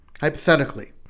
hypothetically